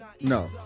No